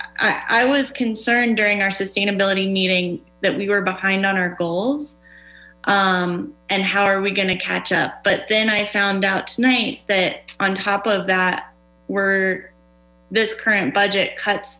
and i was concerned during our sustainability meeting that we were behind on our goals and how are we going to catch up but then i fund out tonight that on top of that we're this current budget cuts